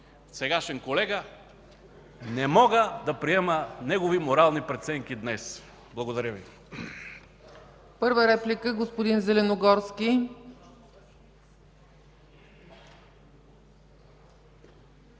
сегашен колега, не мога да приема негови морални преценки днес. Благодаря Ви.